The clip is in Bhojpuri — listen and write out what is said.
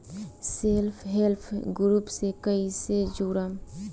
सेल्फ हेल्प ग्रुप से कइसे जुड़म?